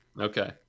Okay